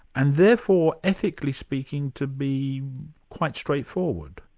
and therefore ethically speaking, to be quite straightforward.